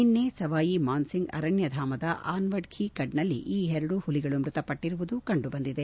ನಿನ್ನೆ ಸವಾಯಿ ಮಾನ್ ಸಿಂಗ್ ಅರಣ್ಣಧಾಮದ ಆನ್ವಡ್ ಕೀ ಖಡ್ನಲ್ಲಿ ಈ ಎರಡೂ ಹುಲಿ ಮೃತಪಟ್ಲರುವುದು ಕಂಡು ಬಂದಿದೆ